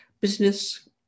business